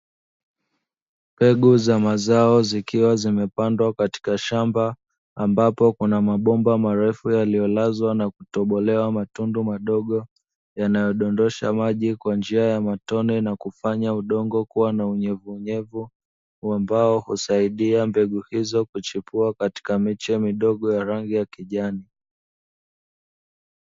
Mbegu za mazao, zikiwa zimepandwa katika shamba, ambapo kuna mabomba marefu yaliyolazwa na kutobolewa matundu madogo yanayodondosha maji kwa njia ya matone, na kufanya udongo kuwa na unyevuunyevu ambao husaidia mbegu hizo kuchipua katika miche midogo ya rangi ya kijani.